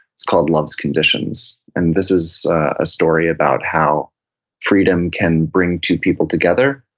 it's called love's conditions. and this is a story about how freedom can bring two people together,